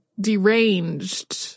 deranged